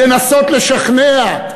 לנסות לשכנע,